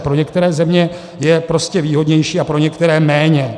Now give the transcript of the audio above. Pro některé země je prostě výhodnější a pro některé méně.